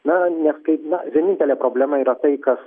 na nes kaip na vienintelė problema yra tai kas